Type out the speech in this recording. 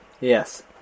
Yes